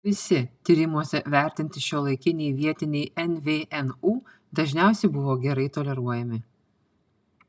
visi tyrimuose vertinti šiuolaikiniai vietiniai nvnu dažniausiai buvo gerai toleruojami